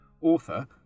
Author